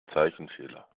zeichenfehler